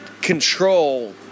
...control